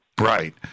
Right